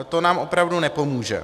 To nám opravdu nepomůže.